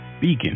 Beacon